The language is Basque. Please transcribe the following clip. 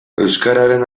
euskararen